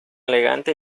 elegante